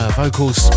vocals